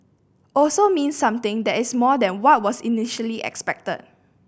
also means something that is more than what was initially expected